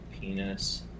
penis